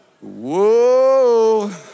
Whoa